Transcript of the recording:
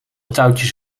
touwtjes